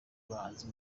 bahanzi